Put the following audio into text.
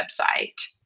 website